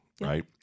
right